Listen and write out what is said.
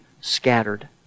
scattered